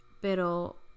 pero